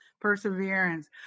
perseverance